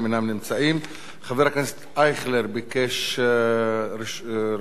חבר הכנסת אייכלר ביקש רשות דיבור, הוא לא נמצא.